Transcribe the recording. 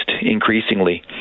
increasingly